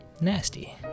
nasty